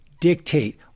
dictate